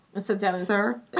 Sir